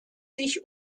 sich